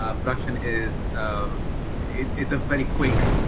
ah production is um is it's a very quick